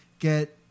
get